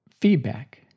feedback